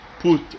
put